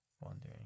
wondering